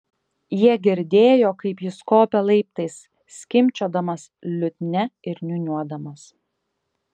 jie girdėjo kaip jis kopia laiptais skimbčiodamas liutnia ir niūniuodamas